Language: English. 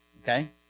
Okay